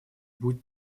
будь